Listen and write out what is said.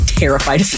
terrified